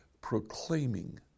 proclaiming